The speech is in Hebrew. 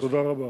תודה רבה.